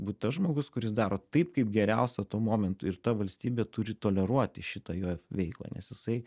būt tas žmogus kuris daro taip kaip geriausia tuo momentu ir ta valstybė turi toleruoti šitą jo veiklą nes jisai